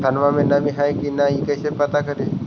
धनमा मे नमी है की न ई कैसे पात्र कर हू?